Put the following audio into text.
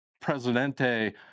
Presidente